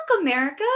america